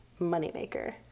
moneymaker